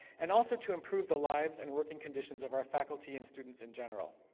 and also to improve the lives and working conditions of our faculty and students in general.